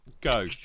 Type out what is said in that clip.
Go